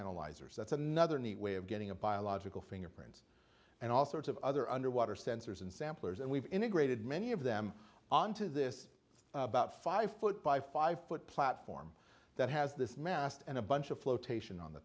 analyzers that's another neat way of getting a biological fingerprints and all sorts of other underwater sensors and samplers and we've integrated many of them onto this about five foot by five foot platform that has this mast and a bunch of flotation on the